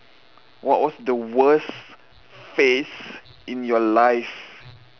what was the worst phase in your life